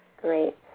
Great